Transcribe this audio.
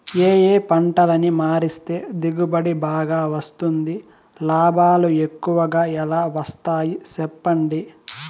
ఏ ఏ పంటలని మారిస్తే దిగుబడి బాగా వస్తుంది, లాభాలు ఎక్కువగా ఎలా వస్తాయి సెప్పండి